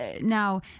Now